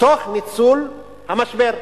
תוך ניצול המשבר.